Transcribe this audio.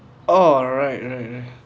orh right right right